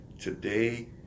Today